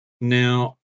Now